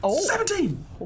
Seventeen